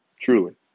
Truly